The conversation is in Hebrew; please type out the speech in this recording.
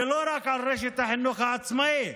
ולא רק על רשת החינוך העצמאי.